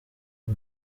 uko